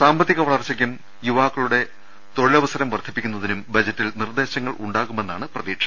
സാമ്പ ത്തിക വളർച്ചക്കും യുവാക്കളുടെ തൊഴിലവസരം വർദ്ധിപ്പിക്കുന്നതിനും ബജറ്റിൽ നിർദ്ദേശങ്ങൾ ഉണ്ടാകുമെന്നാണ് പ്രതീക്ഷ